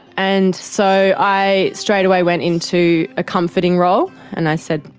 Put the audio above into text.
and so i straightaway went into a comforting role and i said,